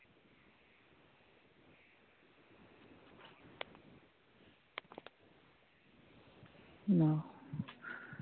ᱚᱸᱻ